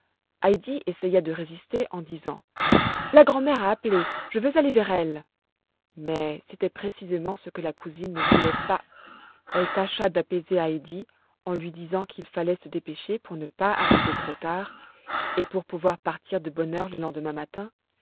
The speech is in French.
essaya de résister en disant la grand'mère a appelé je veux aller vers elle mais c'était précisément ce que la cousine ne voulait pas elle tâcha d'apaiser heidi en lui disant qu'il fallait se dépêcher pour ne pas arriver trop tard et pour pouvoir partir de bonne heure le lendemain matin